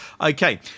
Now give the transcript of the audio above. Okay